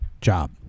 job